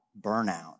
burnout